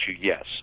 yes